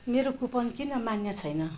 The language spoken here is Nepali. मेरो कुपन किन मान्य छैन